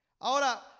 ahora